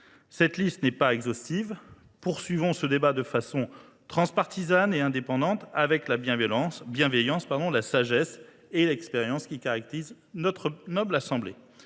Cette liste n’est pas exhaustive. Poursuivons ce débat de façon transpartisane et indépendante, avec la bienveillance, la sagesse et l’expérience qui caractérise notre noble assemblée.